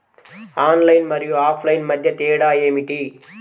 Online మరియు offline మధ్య తేడా ఏమిటీ?